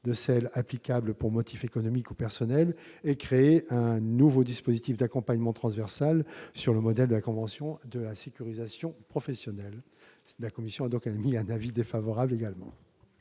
de celles applicables pour motif économique ou personnel, et créer un nouveau dispositif d'accompagnement transversal, sur le modèle de la convention de sécurisation professionnelle. La commission émet donc un avis défavorable sur